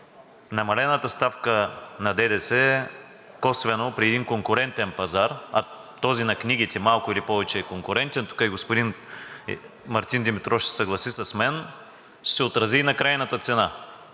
Намалената ставка на ДДС косвено при един конкурентен пазар, а този на книгите малко или повече е конкурентен, тук и господин Мартин Димитров ще се съгласи с мен, ще се отрази и на крайната цена.